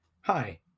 Hi